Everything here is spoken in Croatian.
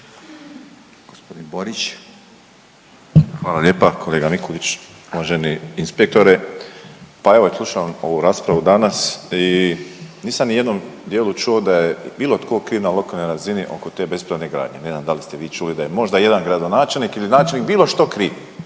Josip (HDZ)** Hvala lijepa. Kolega Mikulić uvaženi inspektore, pa evo slušam ovu raspravu danas i nisam ni u jednom dijelu čuo da je bilo tko ukinuo na lokalnoj razini oko te bespravne gradnje, ne znam da li ste vi čuli da je možda jedan gradonačelnik ili načelnik bilo što kriv,